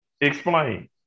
Explain